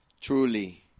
Truly